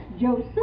Joseph